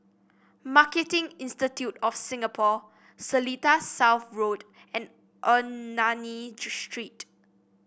Marketing Institute of Singapore Seletar South Road and Ernani Street